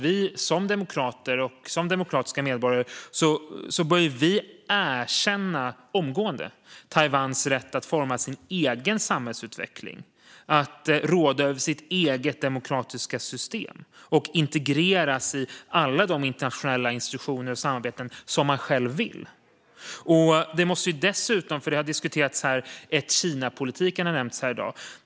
Vi som demokratiska medborgare bör omgående erkänna Taiwans rätt att forma sin egen samhällsutveckling och att råda över sitt eget demokratiska system och integreras i alla de internationella institutioner och samarbeten som man själv vill. Ett-Kina-politiken har nämnts här i dag.